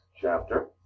chapter